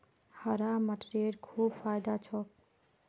हरा मटरेर खूब फायदा छोक